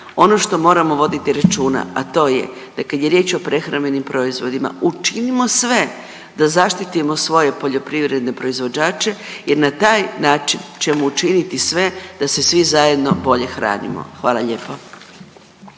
ono što moramo voditi računa, a to je da kad je riječ o prehrambenim proizvodima učinimo sve da zaštitimo svoje poljoprivredne proizvođače jer na taj način ćemo učiniti sve da se svi zajedno bolje hranimo, hvala lijepo.